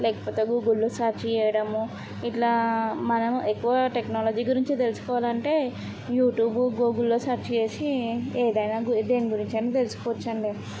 లేకపోతే గూగుల్లో సెర్చ్ చేయడము ఇట్లా మనం ఎక్కువ టెక్నాలజీ గురించి తెలుసుకోవాలంటే యూట్యూబ్ గూగుల్లో సెర్చ్ చేసి ఏదైనా దేని గురించైనా తెలుసుకోవచ్చు అండి